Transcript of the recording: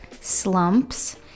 slumps